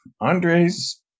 Andre's